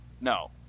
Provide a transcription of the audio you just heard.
no